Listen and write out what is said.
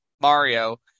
Mario